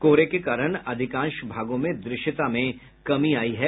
कोहरे के कारण से अधिकांश भागों में दृश्यता में कमी आयी है